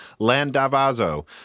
Landavazo